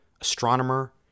astronomer